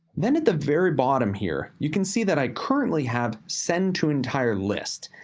then at the very bottom here, you can see that i currently have send to entire list,